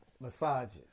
massages